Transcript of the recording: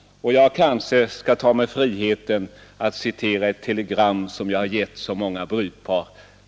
Jag skall ta mig friheten att citera ett telegram, som jag gett så många brudpar.